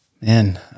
Man